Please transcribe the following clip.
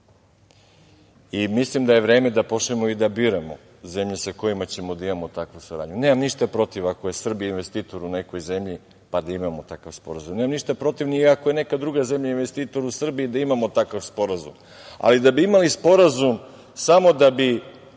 i mislim da je vreme da počnemo da biramo zemlje sa kojima ćemo da imamo takvu saradnju. Nemam ništa protiv ako je Srbija investitor u nekoj zemlji, pa da imamo takav sporazum. Nemam ništa protiv ni ako je neka druga zemlja investitor u Srbiji da imamo takav sporazum. Ali, da bi imali sporazum samo da bi